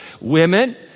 women